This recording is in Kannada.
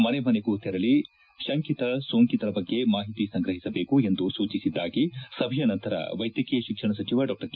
ಮನೆಮನೆಗೂ ತೆರಳಿ ಶಂಕಿತ ಸೋಂಕಿತರ ಬಗ್ಗೆ ಮಾಹಿತಿ ಸಂಗ್ರಹಿಸಬೇಕು ಎಂದು ಸೂಚಿಸಿದ್ದಾಗಿ ಸಭೆಯ ನಂತರ ವೈದ್ಯಕೀಯ ಶಿಕ್ಷಣ ಸಚಿವ ಡಾ ಕೆ